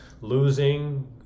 losing